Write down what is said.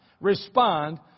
respond